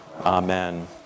Amen